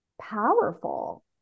powerful